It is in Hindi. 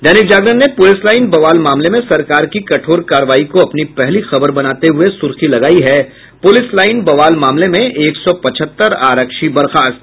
दैनिक जागरण ने पुलिसलाइन बवाल मामले में सरकार की कठोर कार्रवाई को अपनी पहली खबर बनाते हुये सुर्खी लगायी है पुलिस लाइन बवाल मामले में एक सौ पचहत्तर आरक्षी बर्खास्त